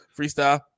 freestyle